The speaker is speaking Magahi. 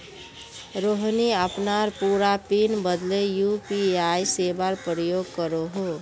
रोहिणी अपनार पूरा पिन बदले यू.पी.आई सेवार प्रयोग करोह